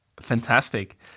Fantastic